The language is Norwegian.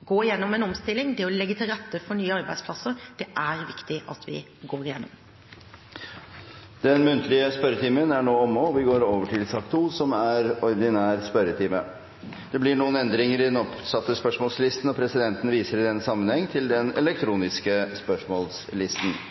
gå igjennom en omstilling, det å legge til rette for nye arbeidsplasser, det er det viktig at vi går igjennom. Den muntlige spørretimen er nå omme, og vi går over til den ordinære spørretimen. Det blir en endring i den oppsatte spørsmålslisten, og presidenten viser i den sammenheng til den elektroniske spørsmålslisten. Den foreslåtte endringen i dagens spørretime foreslås godkjent.